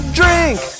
drink